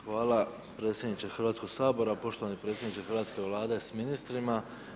Hvala predsjedniče Hrvatskog sabora, poštovani predsjedniče hrvatske Vlade s ministrima.